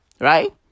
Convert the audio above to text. Right